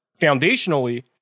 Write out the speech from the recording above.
foundationally